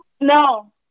No